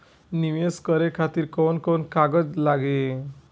नीवेश करे खातिर कवन कवन कागज लागि?